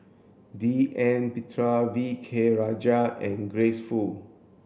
D N V K Rajah and Grace Fu